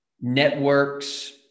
Networks